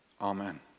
Amen